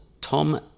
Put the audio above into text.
Tom